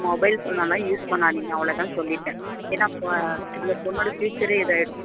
mobile ஃபோனெல்லாம் use பண்ணாதீங்க அவ்வளோதான் சொல்லிவிட்டேன் ஏன்னா அந்த பொண்ணோட ஃபியூச்சரே இதாகிடும்